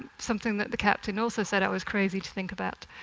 something that the captain also said i was crazy to think about.